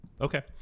okay